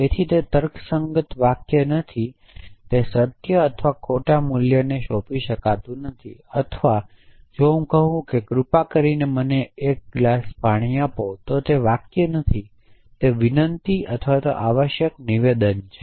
તેથી તે તર્કસંગત વાક્ય નથી કે તે સત્ય અથવા ખોટા મૂલ્યને સોંપી શકાતું નથી અથવા જો હું કહું છું કે કૃપા કરીને મને એક ગ્લાસ પાણી આપો તો તે વાક્ય નથી કે તે વિનંતી અથવા આવશ્યક નિવેદન છે